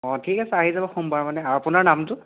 অঁ ঠিক আছে আহি যাব সোমবাৰমানে আৰু আপোনাৰ নামটো